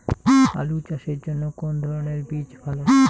আলু চাষের জন্য কোন ধরণের বীজ ভালো?